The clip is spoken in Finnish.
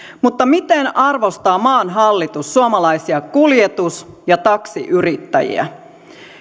mutta miten arvostaa maan hallitus suomalaisia kuljetus ja taksiyrittäjiä